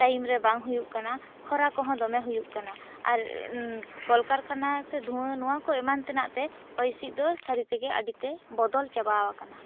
time ᱨᱮ ᱵᱟᱝ ᱦᱩᱭᱩᱜ ᱠᱟᱱᱟ ᱠᱷᱚᱨᱟ ᱠᱚᱦᱚᱸ ᱫᱚᱢᱮ ᱦᱩᱭᱩᱜ ᱠᱟᱱᱟ ᱟᱨ ᱠᱚᱞᱠᱟᱨᱠᱷᱟᱱᱟ ᱥᱮ ᱫᱷᱩᱣᱟᱹ ᱱᱚᱣᱟ ᱠᱚ ᱮᱢᱟᱱ ᱛᱮᱱᱟᱜ ᱛᱮ ᱦᱚᱭ ᱦᱤᱥᱤᱫ ᱫᱚ ᱥᱟᱹᱨᱤ ᱛᱮᱜᱮ ᱟᱹᱰᱤ ᱜᱮᱫ ᱵᱚᱫᱚᱞ ᱪᱟᱵᱟᱣᱟᱠᱟᱱᱟ